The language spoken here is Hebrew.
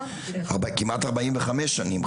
כמעט ארבעים וחמש שנים.